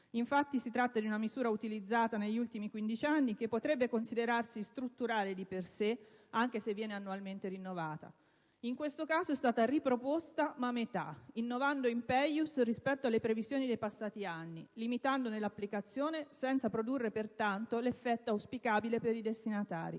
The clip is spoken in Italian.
Infatti, si tratta di una misura utilizzata negli ultimi 15 anni che potrebbe considerarsi strutturale di per sé anche se viene annualmente rinnovata. In tal caso è stata riproposta, ma a metà, innovando *in peius* rispetto alle previsioni dei passati anni, limitandone l'applicazione senza produrre pertanto l'effetto auspicabile per i destinatari.